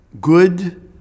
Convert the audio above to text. good